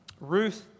Ruth